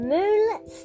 Moonlit